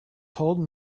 told